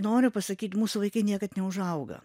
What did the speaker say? noriu pasakyt mūsų vaikai niekad neužauga